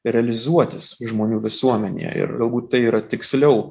realizuotis žmonių visuomenėje ir galbūt tai yra tiksliau